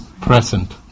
present